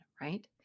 right